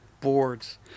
boards